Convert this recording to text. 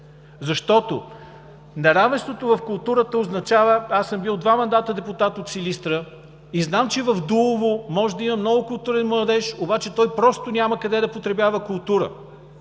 Защото неравенството в културата означава – аз съм бил два мандата депутат от Силистра и знам, че в Дулово може да има много културен младеж, обаче той просто няма къде да потребява култура,